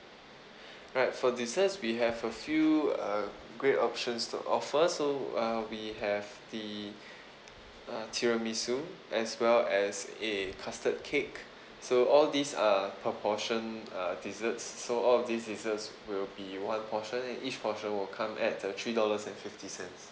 right for desserts we have a few uh great options to offer so uh we have the a tiramisu as well as a custard cake so all these are per portion uh desserts so all of these desserts will be one portion and each portion will come at uh three dollars and fifty cents